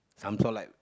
some sort like